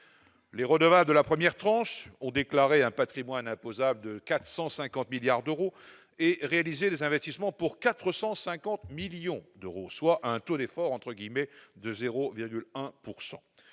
Les redevables de la première tranche ont déclaré un patrimoine imposable de 450 milliards d'euros et réalisé des investissements pour 450 millions d'euros, soit un taux d'« effort » de 0,1 %.